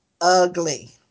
ugly